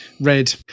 Red